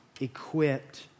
equipped